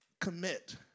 commit